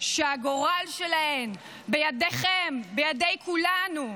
שהגורל שלהן בידיכם, בידי כולנו.